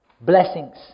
blessings